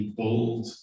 bold